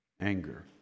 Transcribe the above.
Anger